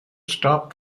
stopped